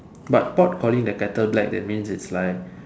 but pot calling the kettle black that means it's like